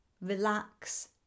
relax